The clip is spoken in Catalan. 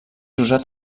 usat